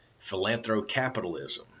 philanthrocapitalism